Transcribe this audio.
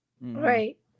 Right